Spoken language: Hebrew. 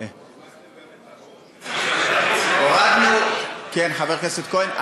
הנמכתם גם, כן, חבר כנסת כהן.